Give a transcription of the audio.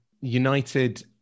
United